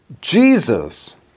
Jesus